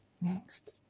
Next